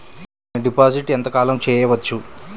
నేను డిపాజిట్ ఎంత కాలం చెయ్యవచ్చు?